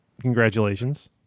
Congratulations